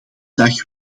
dag